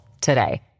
today